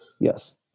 Yes